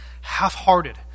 Half-Hearted